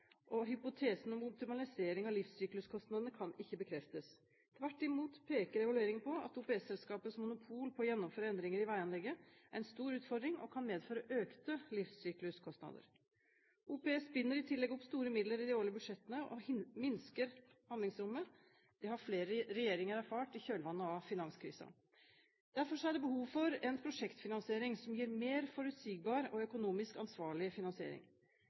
og hypotesen om optimalisering av livssykluskostnadene kan ikke bekreftes. Tvert imot peker evalueringen på at OPS-selskapets monopol på å gjennomføre endringer i veianlegget, er en stor utfordring og kan medføre økte livssykluskostnader. OPS binder i tillegg opp store midler i de årlige budsjetter og minsker handlingsrommet – det har flere regjeringer erfart i kjølvannet av finanskrisen. Derfor er det behov for en prosjektfinansiering som gir mer forutsigbar og økonomisk ansvarlig finansiering.